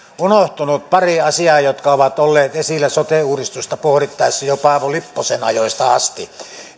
unohtunut pari asiaa jotka ovat olleet esillä sote uudistusta pohdittaessa jo paavo lipposen ajoista asti